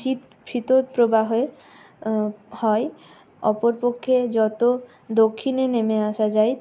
শীত শীতের প্রবাহে হয় অপরপক্ষে যত দক্ষিণে নেমে আসা যায়